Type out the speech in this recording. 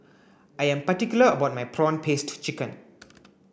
I am particular about my prawn paste chicken